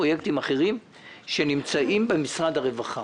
פרויקטים אחרים שנמצאים במשרד הרווחה,